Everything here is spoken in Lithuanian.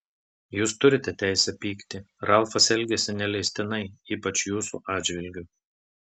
jūs turite teisę pykti ralfas elgėsi neleistinai ypač jūsų atžvilgiu